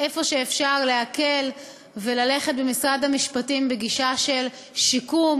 להקל וללכת במשרד המשפטים בגישה של שיקום